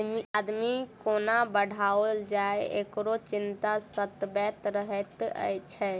आमदनी कोना बढ़ाओल जाय, एकरो चिंता सतबैत रहैत छै